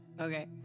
Okay